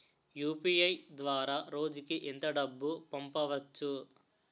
UPI ద్వారా రోజుకి ఎంత డబ్బు పంపవచ్చు?